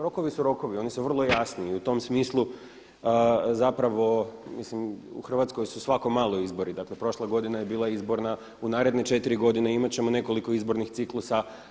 Rokovi su rokovi, oni su vrlo jasni i u tom smislu zapravo mislim u Hrvatskoj su svako malo izbori, dakle prošla godina je bila izborna, u naredne četiri godine imat ćemo i nekoliko izbornih ciklusa.